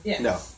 No